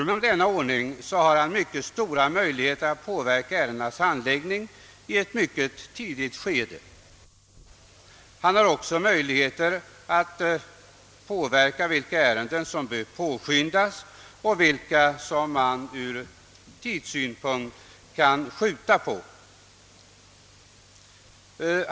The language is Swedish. Härigenom har han mycket stora möjligheter att på ett tidigt stadium påverka ärendenas handläggning och beredning. Denne — den heltidsanställde förtroendemannen — har även möjligheter att påverka vilka ärenden som skall påskyndas och vilka som man kan skjuta på.